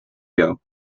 ago